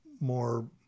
more